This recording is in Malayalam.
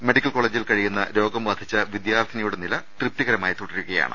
മെഡിക്കൽ കോളേജിൽ ക ഴിയുന്ന രോഗം ബാധിച്ച വിദ്യാർത്ഥിനിയുടെ നില തൃപ്തികരമായി തുടരു കയാണ്